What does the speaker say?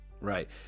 Right